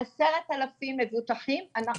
לעשרת אלפים מבוטחים אנחנו